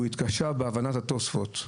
הוא התקשה בהבנת התוספות.